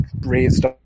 raised